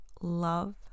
love